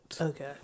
Okay